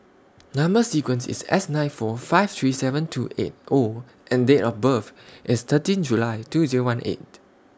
Number sequence IS S nine four five three seven two eight O and Date of birth IS thirteen July two Zero one eight